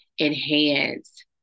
enhance